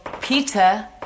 Peter